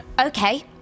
Okay